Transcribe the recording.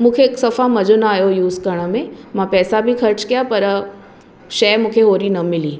मूंखे हिकु सफ़ा मज़ो न आयो यूस करण में मां पैसा बि ख़र्चु कया पर शइ मूंखे ओहिड़ी न मिली